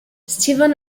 stephen